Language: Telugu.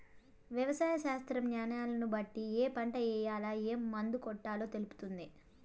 వ్యవసాయ శాస్త్రం న్యాలను బట్టి ఏ పంట ఏయాల, ఏం మందు కొట్టాలో తెలుపుతుంది